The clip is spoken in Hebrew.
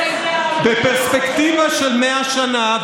בפרספקטיבה של 100 שנה,